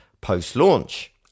post-launch